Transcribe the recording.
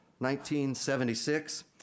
1976